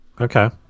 Okay